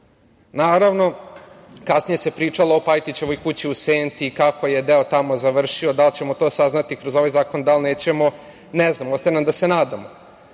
Naravno, kasnije se pričalo o Pajtićevoj kući u Senti, kako je deo tamo završio. Da li ćemo to saznati kroz ovaj zakon, da li nećemo? Ne znam. Ostaje nam da se nadamo. Jasno